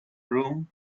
room